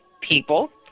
people